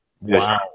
Wow